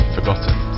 Forgotten